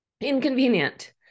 inconvenient